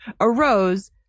arose